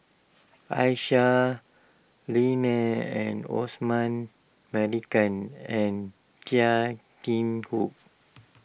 Aisyah Lyana and Osman Merican and Chia Keng Hock